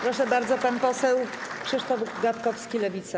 Proszę bardzo, pan poseł Krzysztof Gawkowski, Lewica.